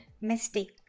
mistake